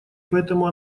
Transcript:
поэтому